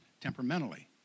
temperamentally